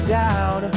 down